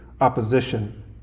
opposition